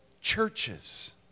churches